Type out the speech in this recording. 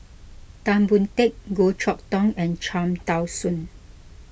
Tan Boon Teik Goh Chok Tong and Cham Tao Soon